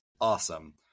awesome